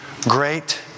great